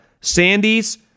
Sandy's